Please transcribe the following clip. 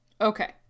Okay